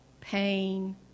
pain